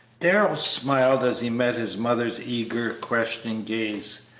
darrell smiled as he met his mother's eager, questioning gaze.